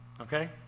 Okay